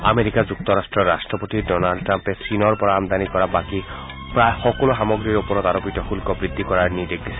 America যুক্তৰাট্টৰ ৰাট্টপতি Donald ট্ৰাম্পে চীনৰ পৰা আমদানি কৰা বাকী প্ৰায় সকলোবোৰ সামগ্ৰীৰ ওপৰত আৰোপিত শুল্ক বৃদ্ধি কৰাৰ নিৰ্দেশ দিছে